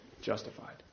justified